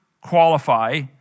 qualify